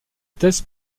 thèse